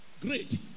Great